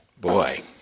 Boy